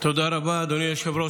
תודה רבה, אדוני היושב-ראש.